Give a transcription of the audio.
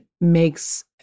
makes